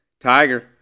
Tiger